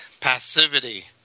Passivity